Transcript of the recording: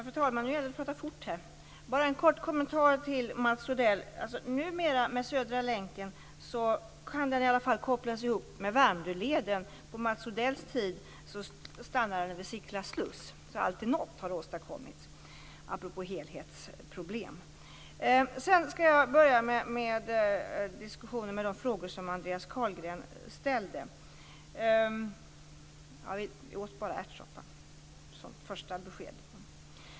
Fru talman! En kort kommentar till Mats Odell. Numera kan Södra länken kopplas ihop med Värmdöleden. På Mats Odells tid slutade den vid Sickla sluss. Alltid något har åstadkommits - apropå helhetsproblem. Jag åt bara ärtsoppa - detta som ett första besked.